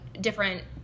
different